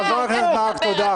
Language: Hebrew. חברת הכנסת מארק, תודה.